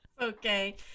Okay